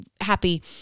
happy